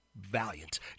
Valiant